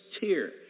tier